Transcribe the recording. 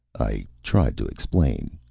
i tried to explain.